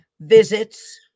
visits